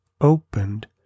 opened